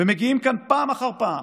ומגיעים כאן פעם אחר פעם